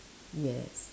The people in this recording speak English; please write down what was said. yes